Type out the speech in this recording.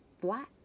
flat